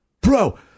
bro